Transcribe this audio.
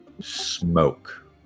smoke